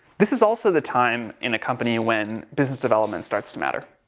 this is also the time in a company when business development starts to matter.